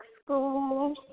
school